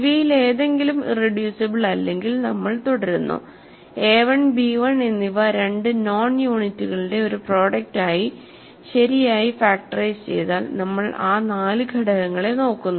ഇവയിലേതെങ്കിലും irreducible അല്ലെങ്കിൽ നമ്മൾ തുടരുന്നു a1 b1 എന്നിവ രണ്ട് നോൺ യൂണിറ്റുകളുടെ ഒരു പ്രോഡക്ട് ആയി ശരിയായി ഫാക്ടറൈസ് ചെയ്താൽ നമ്മൾ ആ നാല് ഘടകങ്ങളെ നോക്കുന്നു